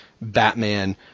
Batman